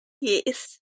Yes